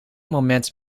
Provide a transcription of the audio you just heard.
moment